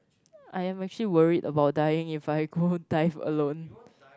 I am actually worried about dying if I go dive alone